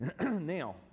Now